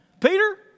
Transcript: Peter